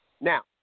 Now